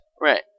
Right